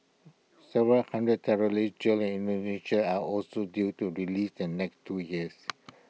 several hundred terrorists jailed in Indonesia are also due to be released in the next two years